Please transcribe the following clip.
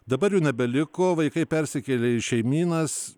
dabar jų nebeliko vaikai persikėlė į šeimynas